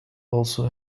also